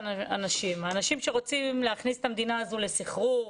האנשים שרוצים להכניס את המדינה הזו לסחרור,